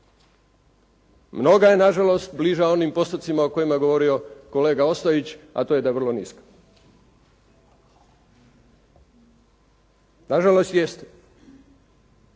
Mnogo je nažalost bliža onim postotcima o kojima je govorio kolega Ostojić, a to je da je vrlo niska. Nažalost jeste.